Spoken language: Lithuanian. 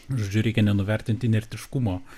žodžiu reikia nenuvertint inertiškumo